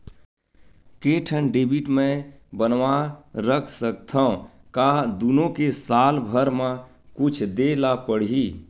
के ठन डेबिट मैं बनवा रख सकथव? का दुनो के साल भर मा कुछ दे ला पड़ही?